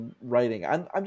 writing